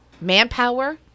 manpower